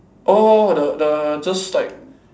orh the the just like